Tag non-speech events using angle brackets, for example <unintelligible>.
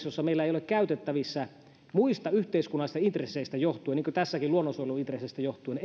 <unintelligible> joissa meillä ei ole käytettävissä muista yhteiskunnallisista intresseistä johtuen tehokkaita tulvan ehkäisemiskeinoja niin kuin tässäkin luonnonsuojeluintresseistä johtuen <unintelligible>